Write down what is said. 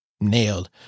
nailed